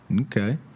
Okay